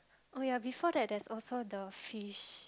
oh ya before that that's also the fish